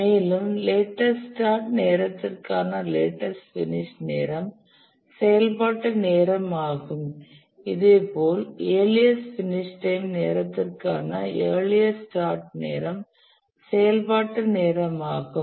மேலும் latest start நேரத்திற்கான latest finish நேரம் செயல்பாட்டு நேரம் ஆகும் இதேபோல் இயர்லியஸ்ட் பினிஷ் டைம் நேரத்திற்கான இயர்லியஸ்ட் ஸ்டார்ட் நேரம் செயல்பாட்டு நேரம் ஆகும்